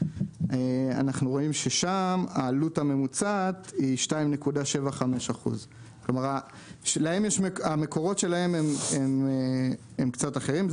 אנחנו רואים ששם העלות הממוצעת היא 2.75%. המקורות שלהם הם קצת אחרים,